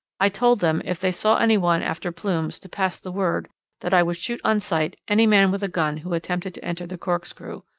i told them if they saw any one after plumes to pass the word that i would shoot on sight any man with a gun who attempted to enter the corkscrew.